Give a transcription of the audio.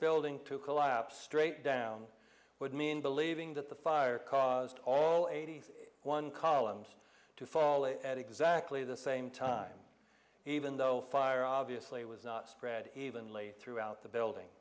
building to collapse straight down would mean believing that the fire caused all eighty one columns to fall at exactly the same time even though fire obviously was not spread evenly throughout the building